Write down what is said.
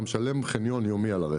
אתה משלם על הרכב חניון יומי,